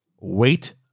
wait